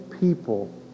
people